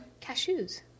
Cashews